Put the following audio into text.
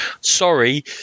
sorry